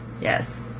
Yes